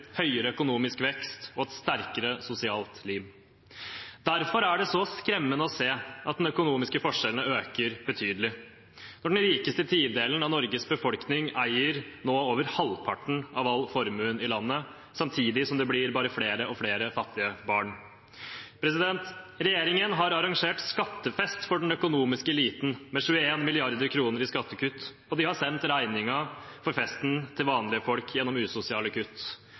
høyere økonomisk vekst og et sterkere sosialt lim. Derfor er det så skremmende å se at de økonomiske forskjellene øker betydelig, for den rikeste tidelen av Norges befolkning eier nå over halvparten av all formuen i landet, samtidig som det blir bare flere og flere fattige barn. Regjeringen har arrangert skattefest for den økonomiske eliten med 21 mrd. kr i skattekutt, og de har sendt regningen for festen til vanlige folk gjennom usosiale kutt.